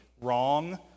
wrong